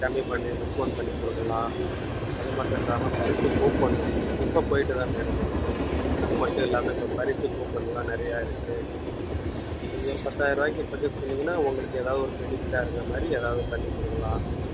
கம்மி பண்ணி டிஸ்கௌண்ட் பண்ணி கொடுக்கலாம் அது மட்டும் இல்லாமல் பரிசு கூப்பன்னு இப்போது போய்கிட்டு தான் மேடம் இருக்குது அது மட்டும் இல்லாமல் இப்போது பரிசு கூப்பனெலாம் நிறையா இருக்குது நீங்கள் ஒரு பத்தாயிரம் ருபாய்க்கி பர்ச்சேஸ் பண்ணீங்கன்னால் உங்களுக்கு எதாவது ஒரு பெனிஃபிட்டாக இருக்கிற மாதிரி எதாவது பண்ணிக் கொடுக்கலாம்